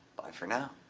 bye for now.